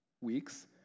weeks